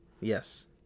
yes